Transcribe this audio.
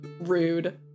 rude